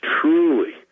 truly